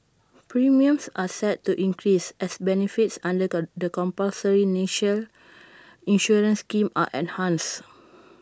premiums are set to increase as benefits under the compulsory national insurance scheme are enhanced